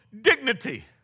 dignity